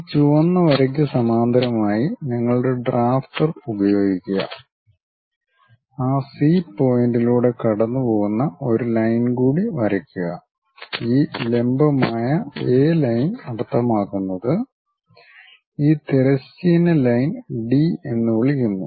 ഈ ചുവന്ന വരയ്ക്ക് സമാന്തരമായി നിങ്ങളുടെ ഡ്രാഫ്റ്റർ ഉപയോഗിക്കുക ആ സി പോയിന്റിലൂടെ കടന്നുപോകുന്ന ഒരു ലൈൻ കൂടി വരയ്ക്കുക ഈ ലംബമായ എ ലൈൻ അർത്ഥമാക്കുന്നത് ഈ തിരശ്ചീന ലൈൻ ഡി എന്ന് വിളിക്കുന്നു